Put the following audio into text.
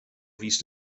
fis